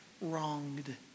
wronged